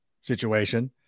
situation